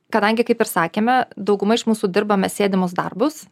kadangi kaip ir sakėme dauguma iš mūsų dirbame sėdimus darbus